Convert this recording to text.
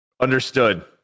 Understood